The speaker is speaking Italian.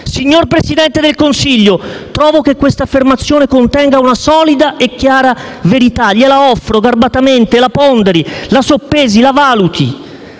Signor Presidente del Consiglio, trovo che questa affermazione contenga una solida e chiara verità; gliela offro garbatamente, la ponderi, la soppesi, la valuti.